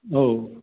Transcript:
औ